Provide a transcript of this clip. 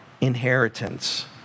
inheritance